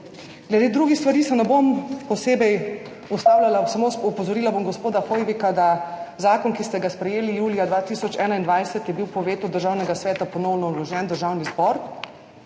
Glede drugih stvari se ne bom posebej ustavljala. Samo opozorila bom gospoda Hoivika, da je bil zakon, ki ste ga sprejeli julija 2021, po vetu Državnega sveta ponovno vložen v Državni zbor